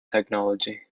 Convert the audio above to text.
technology